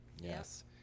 Yes